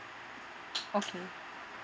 okay